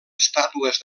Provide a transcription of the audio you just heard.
estàtues